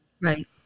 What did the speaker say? Right